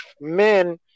men